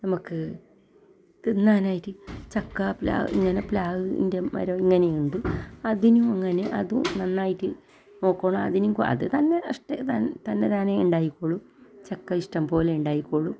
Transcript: നമുക്ക് തിന്നാനായിട്ട് ചക്ക പ്ലാവ് ഇങ്ങനെ പ്ലാവിൻ്റെ മരം ഇങ്ങനെയുണ്ട് അതിനുമിങ്ങനെ അതും നന്നായിട്ട് നോക്കണം അതിനും അത് തന്നെ തന്നെ താനേ ഉണ്ടായിക്കോളും ചക്ക ഇഷ്ടം പോലെ ഉണ്ടായിക്കോളും